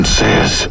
says